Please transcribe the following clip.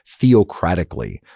theocratically